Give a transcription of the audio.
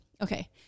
okay